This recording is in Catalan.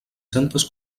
centes